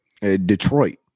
Detroit